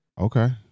okay